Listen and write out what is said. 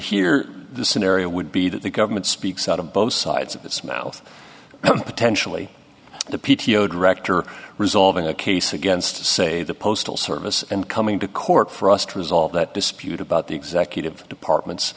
here the scenario would be that the government speaks out of both sides of its mouth potentially the p t o director resolving a case against say the postal service and coming to court for us to resolve that dispute about the executive department